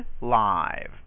live